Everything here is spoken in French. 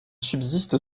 subsiste